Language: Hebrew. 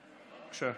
בבקשה.